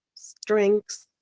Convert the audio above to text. strength,